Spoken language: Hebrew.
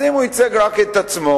אז אם הוא ייצג רק את עצמו,